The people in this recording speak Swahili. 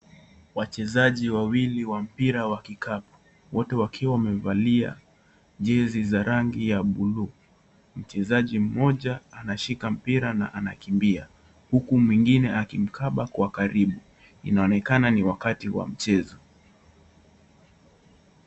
Wachezaji wawili wa mpira wa kikapu. Wote wakiwa wamevalia jezi za rangi ya bluu. Mchezaji mmoja anashika mpira na anakimbia, huku mwingine akimkaba kwa karibu. Inaonekana ni wakati wa mchezo.